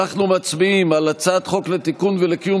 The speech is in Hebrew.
אנחנו מצביעים על הצעת חוק לתיקון ולקיום